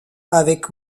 avec